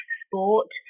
sport